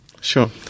Sure